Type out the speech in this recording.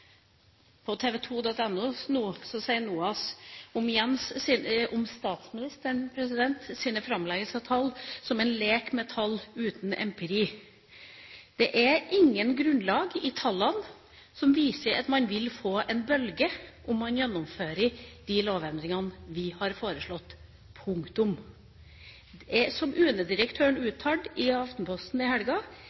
sier NOAS om statsministerens framleggelse av tall at han «leker med tall uten empiri». Det er ikke noe grunnlag i tallene for at man vil få en bølge om man gjennomfører de lovendringene vi har foreslått. Som UNE-direktøren uttalte i Aftenposten i helga: